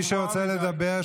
מי שרוצה לדבר,